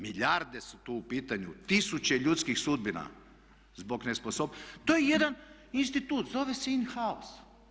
Milijarde su tu u pitanju, tisuće ljudskih sudbina zbog nesposobnosti, to je jedan institut zove se in house.